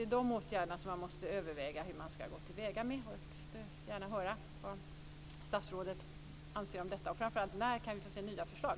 Man måste överväga hur man ska gå till väga med de åtgärderna. Jag vill gärna höra vad statsrådet anser om detta. Framför allt, när kan vi få se nya förslag?